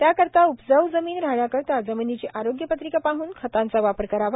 त्या करीता उपजाऊ जमिन राहण्याकरीता जमिनीची आरोग्य पत्रिका पाहन खतांचा वापर करावा